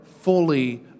fully